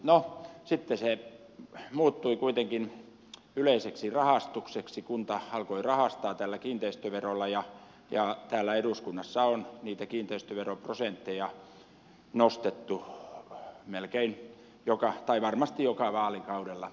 no sitten se muuttui kuitenkin yleiseksi rahastukseksi kunta alkoi rahastaa tällä kiinteistöverolla ja täällä eduskunnassa on niitä kiinteistöveroprosentteja nostettu varmasti joka vaalikaudella sen jälkeen